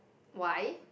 why